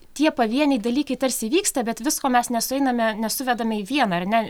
tie pavieniai dalykai tarsi vyksta bet visko mes nesueiname nesuvedama į vieną ar ne